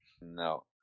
no